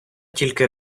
тільки